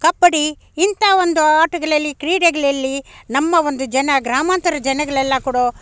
ಕಬ್ಬಡ್ಡಿ ಇಂಥ ಒಂದು ಆಟಗಳಲ್ಲಿ ಕ್ರೀಡೆಗಳಲ್ಲಿ ನಮ್ಮ ಒಂದು ಜನ ಗ್ರಾಮಾಂತರ ಜನಗಳೆಲ್ಲ ಕೊಡೋ